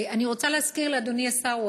אני רוצה להזכיר לאדוני השר,